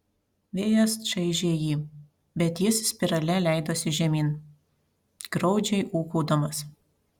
vėjas čaižė jį bet jis spirale leidosi žemyn graudžiai ūkaudamas